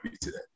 today